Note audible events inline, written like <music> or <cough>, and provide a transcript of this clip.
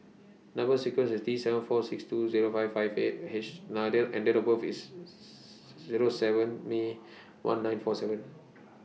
Number sequence IS T seven four two six Zero five five eight H <unintelligible> and Date of birth IS <noise> Zero seven May one nine four seven